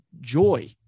joy